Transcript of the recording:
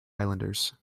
islanders